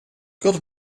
gotta